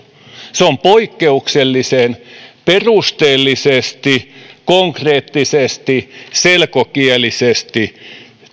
se on poikkeuksellisen perusteellisesti konkreettisesti selkokielisesti